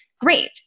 Great